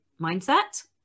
mindset